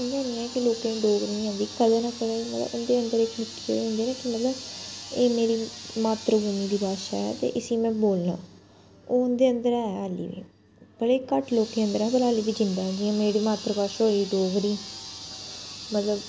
इ'यां नेईं ऐ लोकें गी डोगरी नेईं औंदी कदें ना कदें मतलब हिंदी अंग्रेजी सिक्खी दी होंदी ना कि मतलब एह् मेरी मात्तर भूमि दी भाशा ऐ इसी में बोलना ओह् उं'दे अंदर ऐ अल्ली बी बड़े घट्ट लोकें अंदर ऐ पर अल्ले बी जींदा ऐ जियां मेरी मात्तर भाशा होई गेई डोगरी मतलब